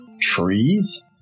trees